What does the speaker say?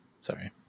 Sorry